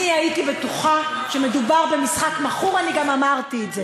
הייתי בטוחה שמדובר במשחק מכור, וגם אמרתי את זה.